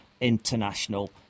international